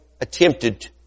attempted